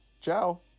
Ciao